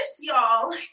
y'all